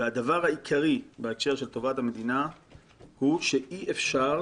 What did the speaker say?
והדבר העיקרי בהקשר של טובת המדינה הוא שאי-אפשר,